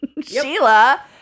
Sheila